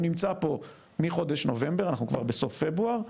הוא נמצא פה מחודש נובמבר, אנחנו כבר בסוף פברואר.